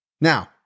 Now